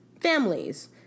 families